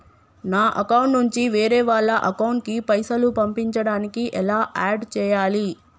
నా అకౌంట్ నుంచి వేరే వాళ్ల అకౌంట్ కి పైసలు పంపించడానికి ఎలా ఆడ్ చేయాలి?